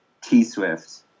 T-Swift